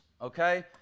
Okay